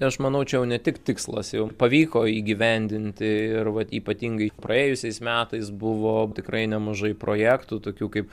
tai aš manau čia jau ne tik tikslas jau pavyko įgyvendinti ir vat ypatingai praėjusiais metais buvo tikrai nemažai projektų tokių kaip